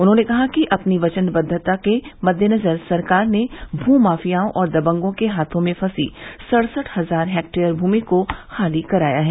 उन्होंने कहा कि अपनी वचनबद्धता के मददेनजर सरकार ने भू माफियाओं और दबंगों के हाथों में फंसी सड़सठ हजार हेक्टेयर भूमि को खाली कराया है